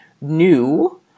new